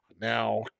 Now